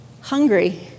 hungry